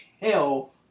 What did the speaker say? hell